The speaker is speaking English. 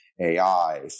AI